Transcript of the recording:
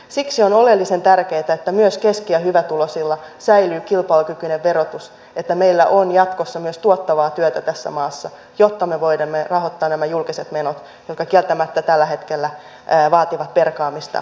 siksi on oleellisen tärkeätä että myös keski ja hyvätuloisilla säilyy kilpailukykyinen verotus että meillä on jatkossa myös tuottavaa työtä tässä maassa jotta me voimme rahoittaa nämä julkiset menot jotka kieltämättä tällä hetkellä vaativat perkaamista monellakin tapaa